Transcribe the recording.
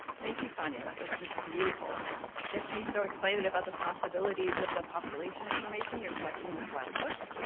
thank you tanya, that was just beautiful and it gets me so excited about the possibilities of the population and formation you're collecting with wildbook.